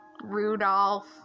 Rudolph